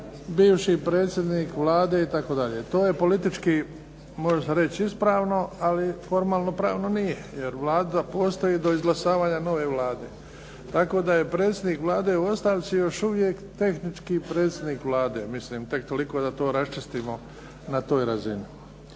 bivši predsjednik Vlade itd., to je politički, može se reći ispravno, ali formalno-pravno nije, jer Vlada postoji do izglasavanja nove Vlade. Tako da je predsjednik Vlade u ostavci još uvijek tehnički predsjednik Vlade, mislim tek toliko da to raščistimo na toj razini.